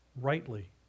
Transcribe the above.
rightly